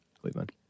Cleveland